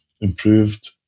improved